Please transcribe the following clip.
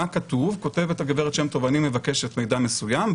כותבת הגב' שם טוב: אני מבקשת מידע מסוים,